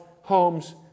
homes